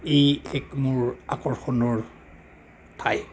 এই এক মোৰ আকৰ্ষণৰ ঠাই